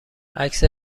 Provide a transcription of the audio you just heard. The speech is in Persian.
عکس